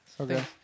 Okay